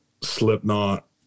Slipknot